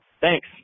Thanks